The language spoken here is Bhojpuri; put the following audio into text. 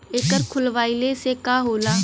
एकर खोलवाइले से का होला?